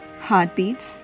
heartbeats